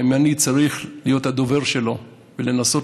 ואם אני צריך להיות הדובר שלו ולנסות